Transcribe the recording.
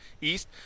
east